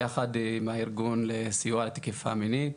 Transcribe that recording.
יחד עם הארגון לסיוע תקיפה מינית.